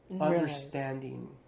understanding